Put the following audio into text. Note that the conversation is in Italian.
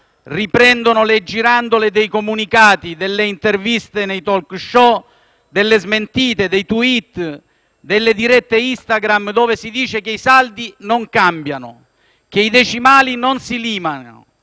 riprendono le girandole dei comunicati, delle interviste nei *talk-show*, delle smentite, dei *tweet*, delle dirette Instagram, dove si dice che i saldi non cambiano, che i decimali non si limano